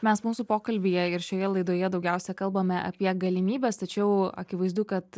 mes mūsų pokalbyje ir šioje laidoje daugiausia kalbame apie galimybes tačiau akivaizdu kad